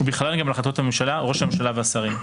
ובכללן גם על החלטות הממשלה, ראש הממשלה והשרים.